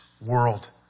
world